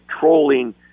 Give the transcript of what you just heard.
trolling